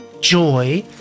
Joy